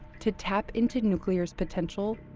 to tap into nuclear's potential,